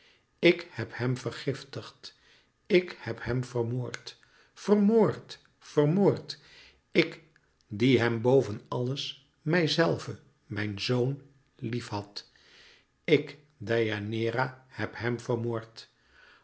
ik heb hem vergiftigd ik heb hem vermoord vermoord vermoord ik die hem boven alles mijzelve mijn zoon liefhad ik deianeira heb hèm vermoord